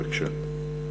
בבקשה.